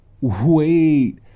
wait